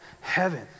heaven